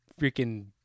freaking